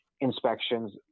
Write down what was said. inspections